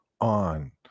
on